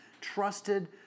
trusted